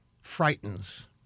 frightens